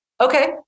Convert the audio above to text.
Okay